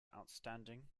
outstanding